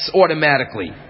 automatically